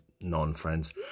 non-friends